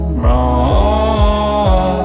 wrong